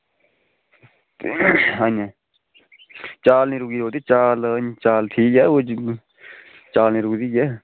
चाल निं रुकी ओह्दी चाल चाल ठीक ऐ चाल ठीक निं रुकदी ऐ